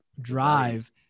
drive